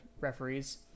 referees